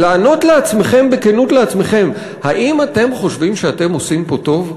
ולענות לעצמכם בכנות: האם אתם חושבים שאתם עושים פה טוב?